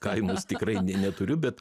kaimus tikrai ne neturiu bet